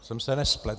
Jsem se nespletl.